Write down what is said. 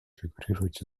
фигурировать